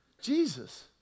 Jesus